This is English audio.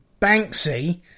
Banksy